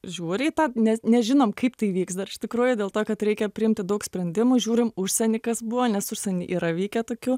žiūri į tą ne nežinom kaip tai vyks dar iš tikrųjų dėl to kad reikia priimti daug sprendimų žiūrim užsieny kas buvo nes užsieny yra vykę tokių